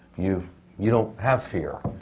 you you don't have fear.